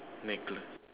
necklace